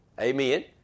Amen